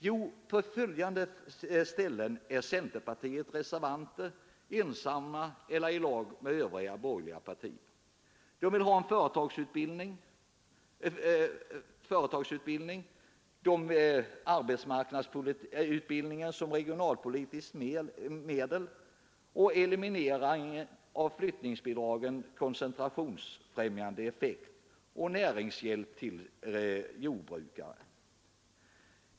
Jo, följande frågor där centerpartiets ledamöter i utskottet är reservanter, ensamma eller i lag med övriga borgerliga ledamöter: företagsutbildning, arbetsmarknadsutbildningen som regionalpolitiskt medel, eliminering av flyttningsbidragens koncentrationsfrämjande effekt, näringshjälp till jordbrukare.